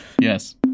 yes